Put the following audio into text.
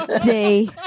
day